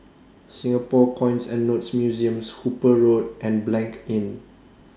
Singapore Coins and Notes Museums Hooper Road and Blanc Inn